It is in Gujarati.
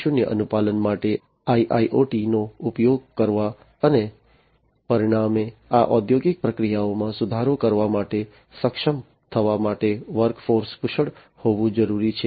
0 અનુપાલન માટે IIoT નો ઉપયોગ કરવા અને પરિણામે આ ઔદ્યોગિક પ્રક્રિયાઓમાં સુધારો કરવા માટે સક્ષમ થવા માટે વર્ક ફોર્સ કુશળ હોવું જરૂરી છે